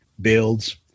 builds